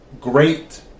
Great